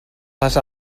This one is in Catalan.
les